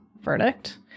verdict